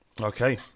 Okay